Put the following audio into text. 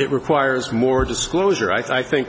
it requires more disclosure i think